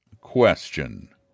question